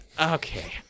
okay